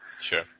Sure